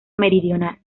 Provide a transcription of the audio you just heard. meridional